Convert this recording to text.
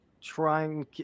trying